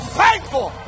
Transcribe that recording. thankful